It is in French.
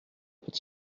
peut